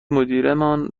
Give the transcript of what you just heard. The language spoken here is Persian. مدیرمان